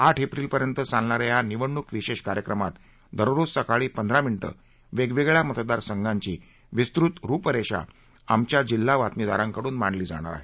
आठ एप्रिलपर्यंत चालणा या या निवडणूक विशेष कार्यक्रमात दररोज सकाळी पंधरा मिनिटे वे वे ळ्या मतदार संघाची विस्तृत रुपरेषा आमच्या जिल्हा बातमीदारांकडून मांडली जाणार आहे